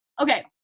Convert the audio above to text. Okay